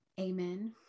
Amen